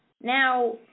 Now